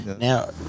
Now